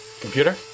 Computer